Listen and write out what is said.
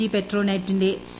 G പെട്രോനെറ്റിന്റെ C